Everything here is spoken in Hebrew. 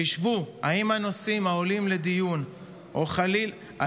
חשבו אם הנושאים העולים לדיון יכולים